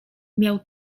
miał